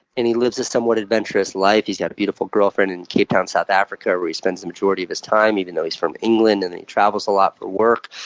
and he lives a somewhat adventurous life. he's got a beautiful girlfriend in cape town, south africa, where he spends the majority of his time, even though he's from england. and then he travels a lot for work.